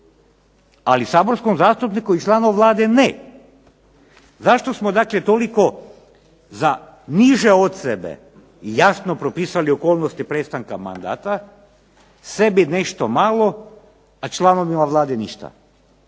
ali saborskom zastupniku i članu Vlade ne. Zašto smo dakle toliko za niže od sebe jasno propisali okolnosti prestanka mandata, sebi nešto malo, a članovima Vlade ništa,